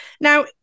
Now